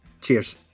Cheers